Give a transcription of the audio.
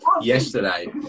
yesterday